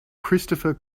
christopher